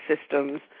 systems